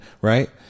right